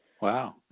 Wow